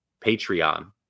Patreon